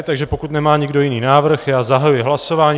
Takže pokud nemá nikdo jiný návrh, tak zahajuji hlasování.